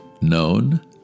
Known